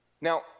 Now